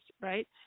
right